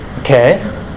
Okay